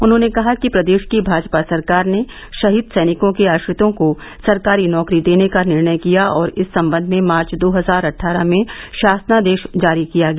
उन्होंने कहा कि प्रदेश की भाजपा सरकार ने शहीद सैनिकों के आश्रितों को सरकारी नौकरी देने का निर्णय किया और इस संबंध में मार्च दो हजार अट्ठारह में शासनादेश जारी किया गया